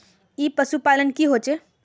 ई पशुपालन की होचे?